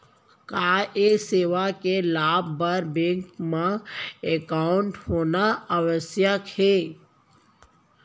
का ये सेवा के लाभ बर बैंक मा एकाउंट होना आवश्यक हे